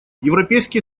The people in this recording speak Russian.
европейский